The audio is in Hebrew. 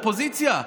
אופוזיציה,